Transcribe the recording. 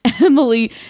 Emily